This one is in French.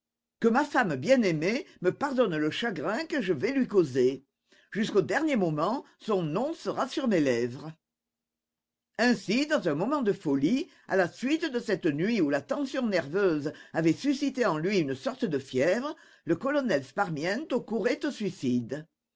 que ma femme bien-aimée me pardonne le chagrin que je vais lui causer jusqu'au dernier moment son nom sera sur mes lèvres ainsi dans un moment de folie à la suite de cette nuit où la tension nerveuse avait suscité en lui une sorte de fièvre le colonel sparmiento courait au suicide